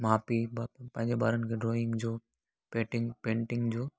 माउ पीउ बि पंहिंजे ॿारनि खे ड्राइंग जो पेटिंग पेटिंग जो